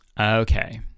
Okay